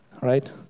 Right